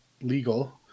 legal